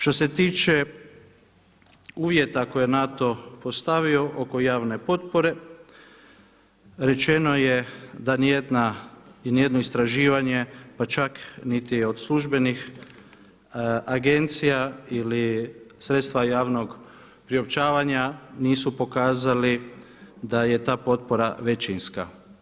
Što se tiče uvjeta koje je NATO postavio oko javne potpore rečeno je da ni jedna, i ni jedno istraživanje pa čak niti od službenih agencija ili sredstva javnog priopćavanja nisu pokazali da je ta potpora većinska.